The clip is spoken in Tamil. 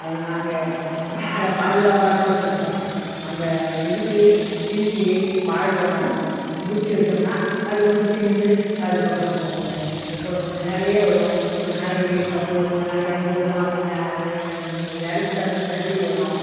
நாங்கள் அதை பாதுகாப்பாக தான் வச்சுருப்போம் அந்த இதுக்கு கிளிக்கு வாழைப்பழோம் உரிச்சு வச்சோம்னால் அது வந்து தின்றுட்டு அதுக்கப்புறம் போகுங்க நிறைய வரும் ஒரு நாளைக்கு பத்து வரும் ஒரு நாளைக்கு அஞ்சு வரும் அதுங்க இரைக்கி தகுந்த மாதிரி வரும்